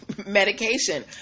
medication